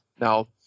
Now